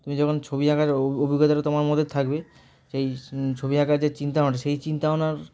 তুমি যখন ছবি আঁকার অ অভিজ্ঞতাটা তোমার মধ্যে থাকবে সেই ছবি আঁকার যে চিন্তা ভাবনা সেই চিন্তা ভাবনার